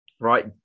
Right